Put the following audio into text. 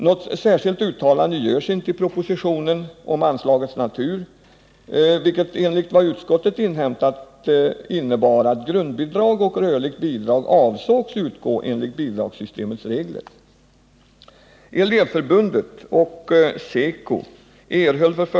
Något särskilt uttalande görs inte i propositionen om anslagets natur, vilket enligt vad utskottet inhämtat innebär att grundbidrag och rörligt bidrag avses utgå enligt bidragssystemets regler.